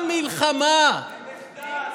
זה במחדל.